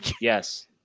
Yes